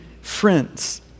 friends